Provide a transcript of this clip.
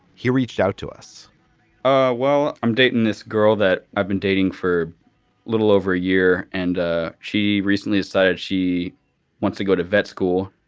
he reached out to us ah well, i'm dating this girl that i've been dating for a little over a year. and ah she recently decided she wants to go to vet school.